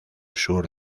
sur